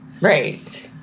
Right